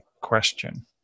question